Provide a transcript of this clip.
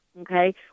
okay